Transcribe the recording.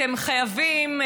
אתם חייבים,